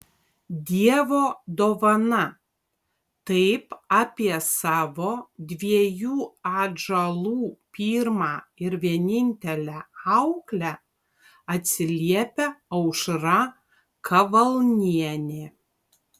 dievo dovana taip apie savo dviejų atžalų pirmą ir vienintelę auklę atsiliepia aušra kavalnienė